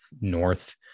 North